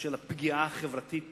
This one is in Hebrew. ושל הפגיעה החברתית